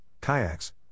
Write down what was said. kayaks